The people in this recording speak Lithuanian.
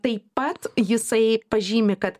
taip pat jisai pažymi kad